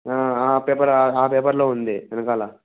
ఆ పేపర్ ఆ పేపర్లో ఉంది వెనకాల